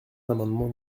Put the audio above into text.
l’amendement